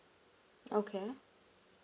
okay